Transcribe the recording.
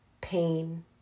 pain